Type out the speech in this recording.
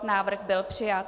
Návrh byl přijat.